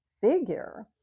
figure